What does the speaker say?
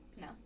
No